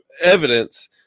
evidence